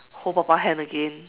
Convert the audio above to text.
hold papa hand again